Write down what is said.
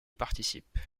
participent